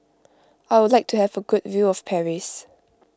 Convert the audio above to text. I would like to have a good view of Paris